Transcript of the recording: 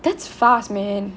that's fast man